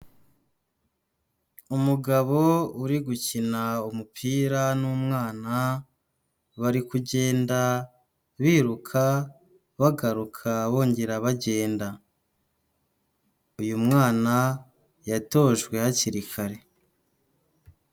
Umugabo uri gukina umupira n'umwana, bari kugenda biruka bagaruka bongera bagenda, uyu mwana yatojwe hakiri kare.